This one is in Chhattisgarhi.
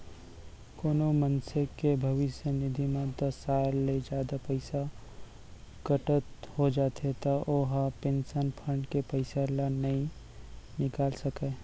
कोनो मनसे के भविस्य निधि म दस साल ले जादा पइसा कटत हो जाथे त ओ ह पेंसन फंड के पइसा ल नइ निकाल सकय